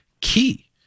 Key